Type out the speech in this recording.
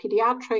pediatric